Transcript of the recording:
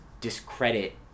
discredit